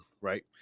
right